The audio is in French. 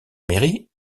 mairie